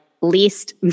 least